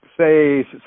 say